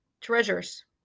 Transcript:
treasures